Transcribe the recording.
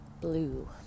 blue